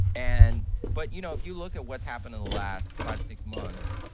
and but, you know, if you look at what's happened in the last five, six months,